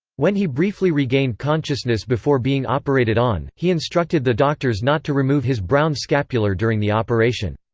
when he briefly regained consciousness before being operated on, he instructed the doctors not to remove his brown scapular during the operation.